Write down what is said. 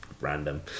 random